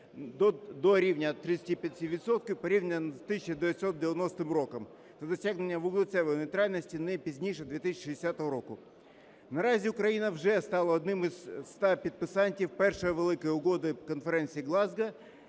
порівняно з 1990 роком та досягнення вуглецевої нейтральності не пізніше 2060 року. Наразі Україна вже стала одним із 100 підписантів першої великої угоди Конференції в Глазго,